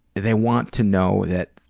they want to know that